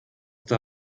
der